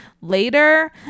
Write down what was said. later